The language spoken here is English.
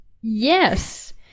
yes